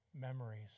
memories